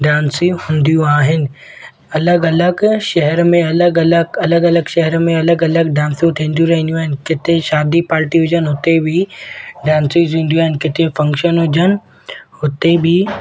डांसियूं हूंदियूं आहिनि अलॻि अलॻि शहर में अलॻि अलॻि अलॻि अलॻि शहर में अलॻि अलॻि डांसूं थींदियूं रईंदियूं आहिनि किथे शादी पार्टी हुजनि हुते बि डांसियूं थींदियूं आहिनि किथे फंक्शन हुजनि हुते बि